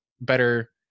better